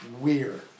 weird